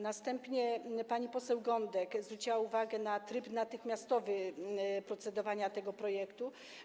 Następnie pani poseł Gądek zwróciła uwagę na tryb natychmiastowy procedowania tego projektu.